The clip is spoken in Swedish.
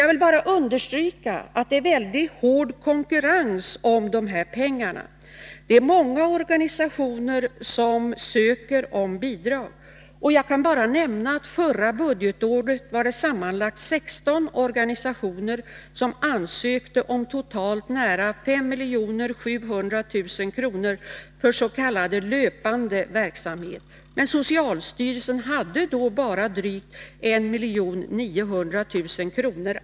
Jag vill bara understryka att det är mycket hård konkurrens om dessa pengar. Det är många organisationer som söker bidrag. Jag kan bara nämna att förra budgetåret var det sammanlagt 16 organisationer som ansökte om totalt nära 5 700 000 kr. löpande verksamhet. Men socialstyrelsen hade då bara drygt 1 900 000 kr.